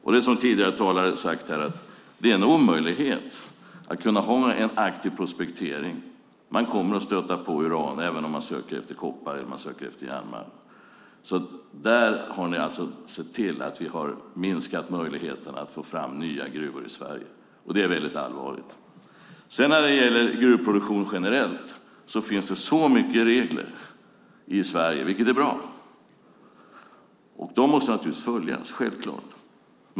Det är, som tidigare talare har sagt, en omöjlighet att kunna ha en aktiv prospektering därför att man kommer att stöta på uran även om man söker efter koppar eller om man söker efter järnmalm. Där har ni sett till att vi har minskat möjligheterna att få fram nya gruvor i Sverige. Det är väldigt allvarligt. När det gäller gruvproduktion generellt finns det så mycket regler i Sverige, vilket är bra, och de måste naturligtvis följas. Det är självklart.